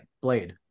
Blade